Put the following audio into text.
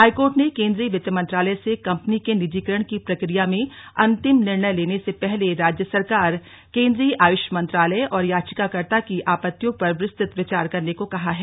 high court ने केंद्रीय वित्त मंत्रालय से कम्पनी के निजीकरण की प्रक्रिया में अंतिम निर्णय लेने से पहले राज्य सरकार केंद्रीय आयुष मंत्रालय और याचिकाकर्ता की आपत्तियों पर विस्तृत विचार करने को कहा है